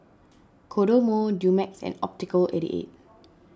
Kodomo Dumex and Optical eighty eight